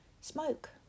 smoke